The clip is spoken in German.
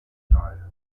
teil